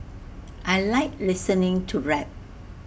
I Like listening to rap